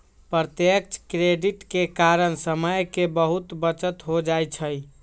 प्रत्यक्ष क्रेडिट के कारण समय के बहुते बचत हो जाइ छइ